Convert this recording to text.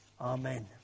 Amen